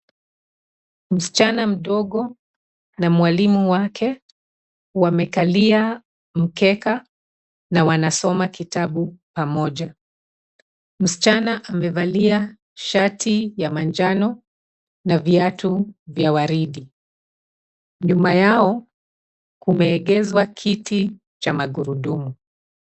Msichana mdogo na mwalimu wake wamekalia mkeka, na wanasoma kitabu pamoja. Msichna amevalia shati ya manjano na viatu vya waridi. Nyuma yao kumeegezwa kiti cha magurudumu.